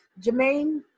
Jermaine